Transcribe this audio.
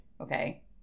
Okay